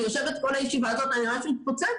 אני יושבת כל הישיבה הזאת ואני ממש מתפוצצת,